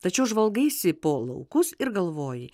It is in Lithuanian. tačiau žvalgaisi po laukus ir galvoji